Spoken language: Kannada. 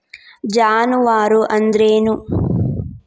ಜಾನುವಾರು ಅಂದ್ರೇನು?